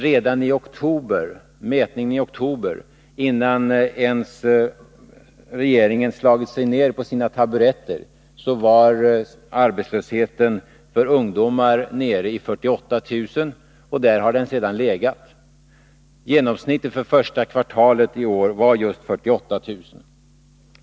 Redan mätningen i oktober, innan regeringen ens hade slagit sig ner på sina taburetter, visade att arbetslösheten för ungdomar var nere i 48 000, och där har den sedan legat. Genomsnittet för första kvartalet i år var just 48 000.